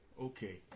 Okay